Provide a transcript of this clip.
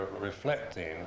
reflecting